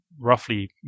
roughly